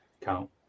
count